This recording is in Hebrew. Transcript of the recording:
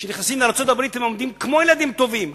כשהם נכנסים לארצות-הברית הם עומדים כמו ילדים טובים,